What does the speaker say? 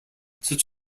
such